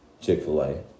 Chick-fil-A